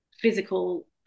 physical